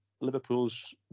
Liverpool's